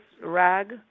rag